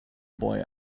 boy